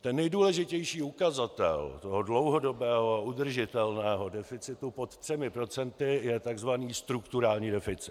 Ten nejdůležitější ukazatel dlouhodobého a udržitelného deficitu pod 3 % je tzv. strukturální deficit.